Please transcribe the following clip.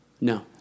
No